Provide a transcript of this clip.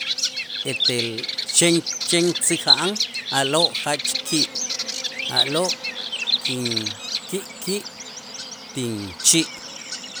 etel chen chen tzäja'an a'lo' jach ki', a'lo' kin ki' ki' tinchi'.